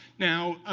now,